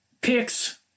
picks